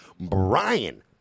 Brian